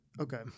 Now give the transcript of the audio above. Okay